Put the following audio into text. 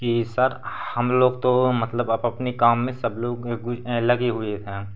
कि सर हमलोग तो मतलब सब अपने काम में सब लोग लगे हुए थे